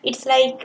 it's like